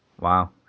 Wow